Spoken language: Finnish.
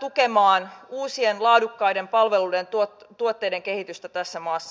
tukemaan uusien laadukkaiden palveluiden ja tuotteiden kehitystä tässä maassa